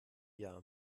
jahr